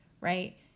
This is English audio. right